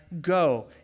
go